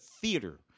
theater